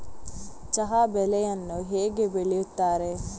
ಚಹಾ ಬೆಳೆಯನ್ನು ಹೇಗೆ ಬೆಳೆಯುತ್ತಾರೆ?